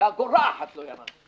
באגורה אחת לא ירד,